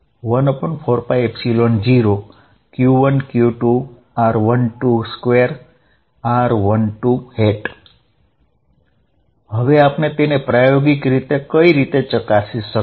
F2 14π0q1q2r12 2 r12 હવે આપણે પ્રાયોગિક રીતે તેને કઈ રીતે ચકાસી શકીએ